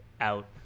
out